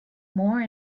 more